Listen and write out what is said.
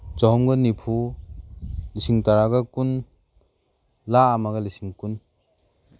ꯆꯍꯨꯝꯒ ꯅꯤꯐꯨ ꯂꯤꯁꯤꯡ ꯇꯔꯥꯒ ꯀꯨꯟ ꯂꯥꯈ ꯑꯃꯒ ꯂꯤꯁꯤꯡ ꯀꯨꯟ